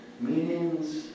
meanings